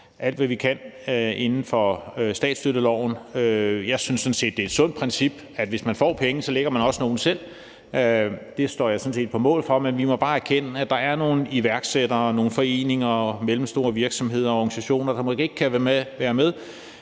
alt, hvad vi kan, inden for statsstøtteloven. Jeg synes sådan set, det er et sundt princip, at hvis man får penge, lægger man også nogle selv. Det står jeg sådan set på mål for. Men vi må bare erkende, at der er nogle iværksættere, foreninger, mellemstore virksomheder og organisationer, som måske ikke kan være med,